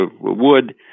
wood